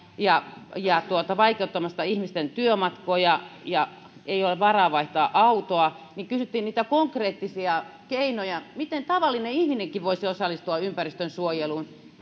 ja ja vaikeuttamassa ihmisten työmatkoja ja ei ole varaa vaihtaa autoa joten kysyttiin niitä konkreettisia keinoja miten tavallinen ihminenkin voisi osallistua ympäristönsuojeluun